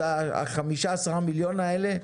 אז החמישה או 10 מיליון האלה?